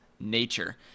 nature